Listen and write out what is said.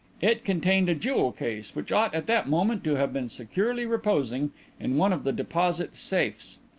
it contained a jewel-case which ought at that moment to have been securely reposing in one of the deposit safes.